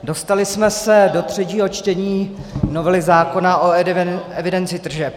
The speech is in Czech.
Dostali jsme se do třetího čtení novely zákona o evidenci tržeb.